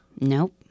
Nope